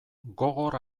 gogor